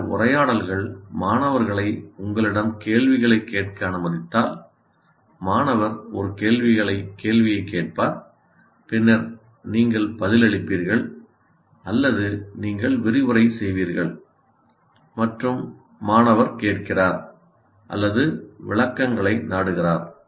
இந்த உரையாடல்கள் மாணவர்களை உங்களிடம் கேள்விகளைக் கேட்க அனுமதித்தால் மாணவர் ஒரு கேள்வியைக் கேட்பார் பின்னர் நீங்கள் பதிலளிப்பீர்கள் அல்லது நீங்கள் விரிவுரை செய்வீர்கள் மற்றும் மாணவர் கேட்கிறார் அல்லது விளக்கங்களை நாடுகிறார்